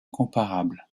comparable